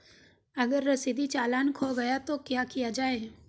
अगर रसीदी चालान खो गया तो क्या किया जाए?